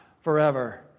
forever